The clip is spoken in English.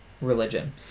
religion